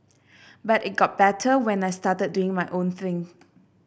but it got better when I started doing my own thing